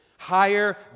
Higher